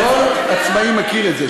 כל עצמאי מכיר את זה,